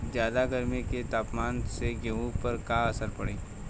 ज्यादा गर्मी के तापमान से गेहूँ पर का असर पड़ी?